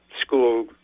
school